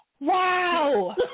Wow